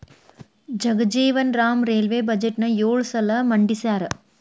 Jagjivan Ram railway ಬಜೆಟ್ನ ಯೊಳ ಸಲ ಮಂಡಿಸ್ಯಾರ